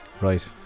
right